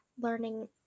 learning